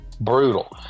Brutal